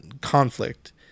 conflict